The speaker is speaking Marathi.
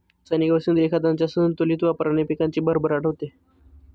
रासायनिक व सेंद्रिय खतांच्या संतुलित वापराने पिकाची भरभराट होते